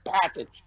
package